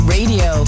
Radio